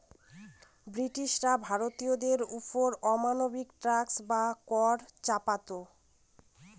ব্রিটিশরা ভারতীয়দের ওপর অমানবিক ট্যাক্স বা কর চাপাতো